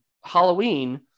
Halloween